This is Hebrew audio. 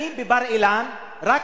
אני בבר-אילן רק